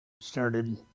started